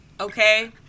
Okay